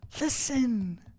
listen